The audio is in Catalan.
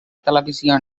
televisió